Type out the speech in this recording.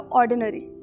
ordinary